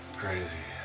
crazy